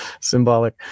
symbolic